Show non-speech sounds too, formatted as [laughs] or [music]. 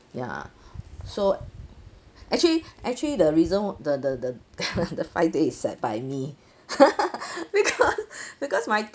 ya so actually actually the reason the the the [laughs] the five day is set by me [laughs] because because my